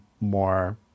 more